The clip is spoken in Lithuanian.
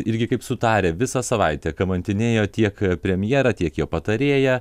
irgi kaip sutarę visą savaitę kamantinėjo tiek premjerą tiek jo patarėją